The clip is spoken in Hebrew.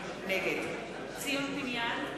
נגד ציון פיניאן,